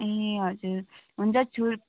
ए हजुर हुन्छ छुर